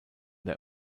der